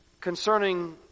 concerning